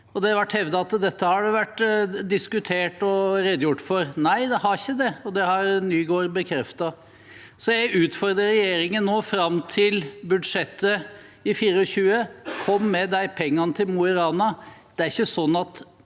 Det ble hevdet at dette har vært diskutert og redegjort for. Nei, det har ikke det, og det har statsråd Nygård bekreftet. Jeg utfordrer regjeringen fram til budsjettet for 2024: Kom med de pengene til Mo i Rana!